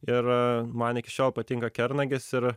ir man iki šiol patinka kernagis ir